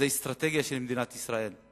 זו אסטרטגיה של מדינת ישראל,